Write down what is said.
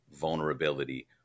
vulnerability